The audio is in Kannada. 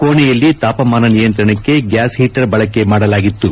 ಕೋಣೆಯಲ್ಲಿ ತಾಪಮಾನ ನಿಯಂತ್ರಣಕ್ಕೆ ಗ್ಯಾಸ್ ಹೀಟರ್ ಬಳಕೆ ಮಾಡಲಾಗಿತು